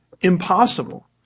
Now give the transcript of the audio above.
impossible